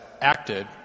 acted